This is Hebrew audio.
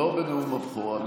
לא בנאום הבכורה.